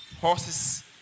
horses